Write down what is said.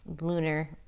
lunar